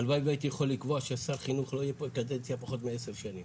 הלוואי והייתי יכול לקבוע ששר חינוך לא יהיה בקדנציה פחות מ-10 שנים.